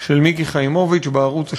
של מיקי חיימוביץ בערוץ השני,